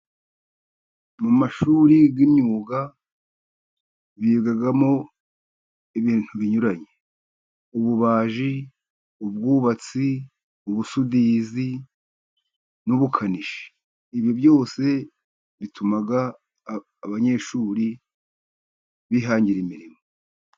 Mu mashuri y'imyuga bigamo ibintu binyuranye, ububaji, ubwubatsi, ubusudizi n'ubukanishyi, ibi byose bituma abanyeshuri bihangira imirimo.